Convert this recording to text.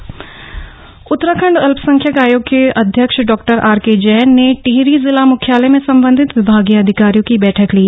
अल्पसंख्यक आयोग अध्यक्ष उतराखंड अल्पसंख्यक आयोग के अध्यक्ष डॉ आरके जैन ने टिहरी जिला मुख्यालय में संबंधित विभागीय अधिकारियों की बैठक ली